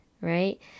right